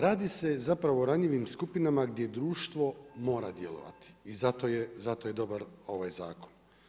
Radi se o ranjivim skupinama gdje društvo mora djelovati i zato je dobar ovaj zakon.